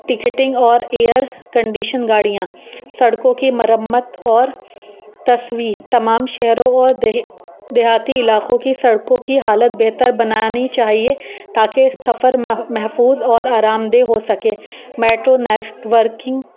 ticketing اور air condition گاڑیاں سڑکوں کی مرمت اور تصوی تمام شہروں اوریہ دیہاتی علاقوں کی سڑکوں کی حالت بہتر بنانی چاہیے تاکہ سفر محفوظ اور آرام دہ ہو سکے میٹرو نیٹورکنگ